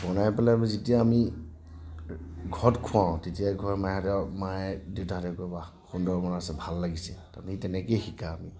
বনাই পেলাই যেতিয়া আমি ঘৰত খোৱাও তেতিয়াই কয় মাহঁতে আৰু মায়ে দেউতাহঁতে কয় ৱাহ সুন্দৰ বনাইছ ভাল লাগিছে তাৰমানে সেই তেনেকেই শিকা আমি